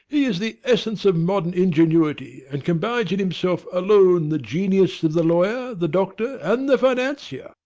he is the essence of modern ingenuity, and combines in himself alone the genius of the lawyer, the doctor, and the financier.